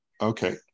Okay